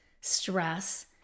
stress